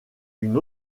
une